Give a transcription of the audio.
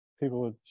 people